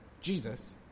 Jesus